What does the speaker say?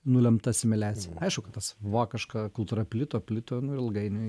nulemta asimiliacija aišku kad tas vokiška kultūra plito plito nu ir ilgainiui